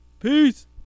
Peace